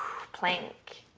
plank.